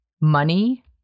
money